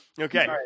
Okay